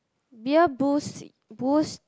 beer booze boost